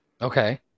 Okay